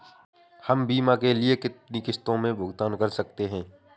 हम बीमा के लिए कितनी किश्तों में भुगतान कर सकते हैं?